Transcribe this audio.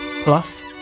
Plus